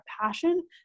passion